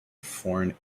foreign